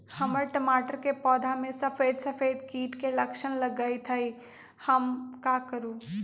हमर टमाटर के पौधा में सफेद सफेद कीट के लक्षण लगई थई हम का करू?